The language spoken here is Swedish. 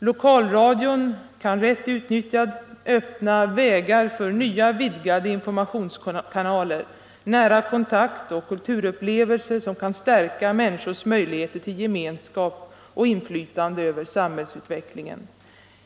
Lokalradion kan rätt utnyttjad öppna vägar för nya, vidgade informationskanaler, nära kontakt och kulturupplevelser som kan stärka människors möjligheter till gemenskap och inflytande över samhällsutvecklingen.